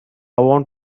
want